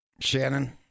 Shannon